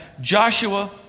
Joshua